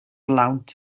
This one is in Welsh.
lawnt